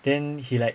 then he like